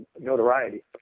notoriety